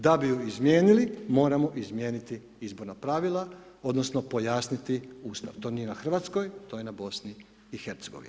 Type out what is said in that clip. Da bi ju izmijenili, moramo izmijeniti izborna pravila odnosno pojasniti Ustav, to nije na RH, to je na BiH.